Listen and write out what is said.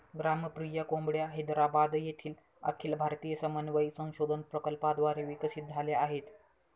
ग्रामप्रिया कोंबड्या हैदराबाद येथील अखिल भारतीय समन्वय संशोधन प्रकल्पाद्वारे विकसित झाल्या आहेत